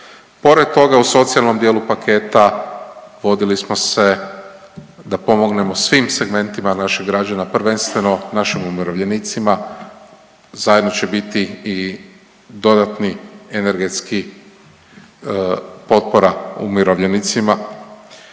Pored toga u socijalnom dijelu paketa vodili smo se da pomognemo svih segmentima naših građana, prvenstveno našim umirovljenicima. Zajedno će biti i dodatni energetski potpora umirovljenicima